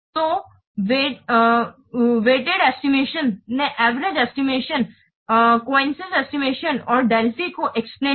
तो weighted estimation weights estimation ने average estimation consensus estimation और डेल्फी को एक्सप्लेन किया